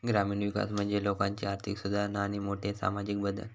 ग्रामीण विकास म्हणजे लोकांची आर्थिक सुधारणा आणि मोठे सामाजिक बदल